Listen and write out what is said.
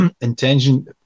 intention